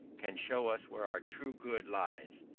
can show us where our true good lies.